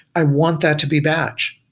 i want that to be batch.